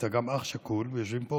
גם אתה אח שכול, ויושבים פה